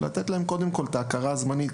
אלא לתת להם קודם כל את ההכרה הזמנית,